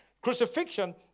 crucifixion